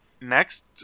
Next